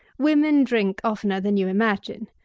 women drink oftener than you imagine,